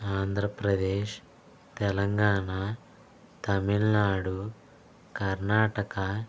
Andhra Pradesh Telangana Tamil Nadu Karnataka